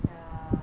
ya lah